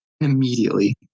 Immediately